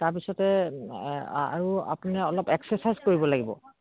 তাৰপিছতে আৰু আপুনি অলপ এক্সাৰচাইজ কৰিব লাগিব